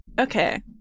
Okay